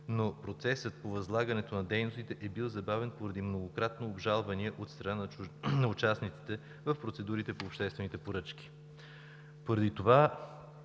но в процеса по възлагане на дейностите е бил забавен поради многократни обжалвания от страна на участниците в процедурите по обществените поръчки. Поради това